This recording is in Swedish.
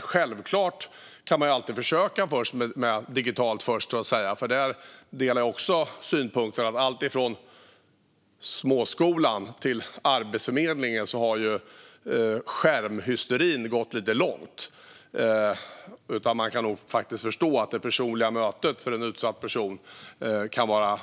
Självfallet kan man försöka med digitalt först, men jag delar synpunkten att det i alltifrån småskolan till Arbetsförmedlingen har gått lite för långt med skärmhysterin. Det är förståeligt att det personliga mötet för en utsatt person kan vara